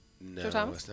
No